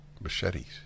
Machetes